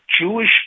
Jewish